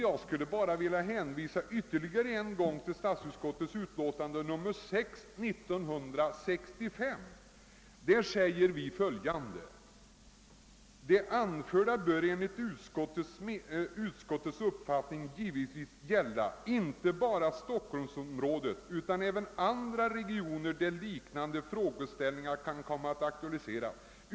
Jag hänvisar ännu en gång till statsutskottets utlåtande nr 6/1965, i vilket det heter: »Det anförda bör enligt utskottets uppfattning givetvis gälla inte bara stockholmsområdet utan även andra regioner där liknande frågeställningar kan komma att aktualiseras.